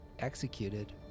executed